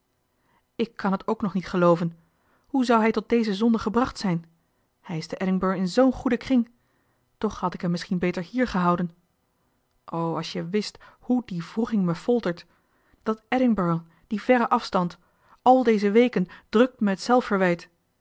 ik kan het ook nog niet gelooven hoe zou hij tot deze zonde gebracht zijn hij is te edinburg in z'n goeden kring toch had ik hem misschien beter hier gehouden o als je wist hoe die wroeging me foltert dat edinburg die verre afstand al deze weken drukt me